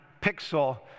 pixel